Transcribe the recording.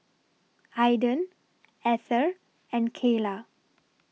Aiden Ether and Keila